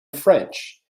french